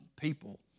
people